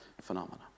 phenomena